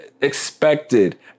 expected